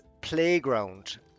playground